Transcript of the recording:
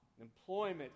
employment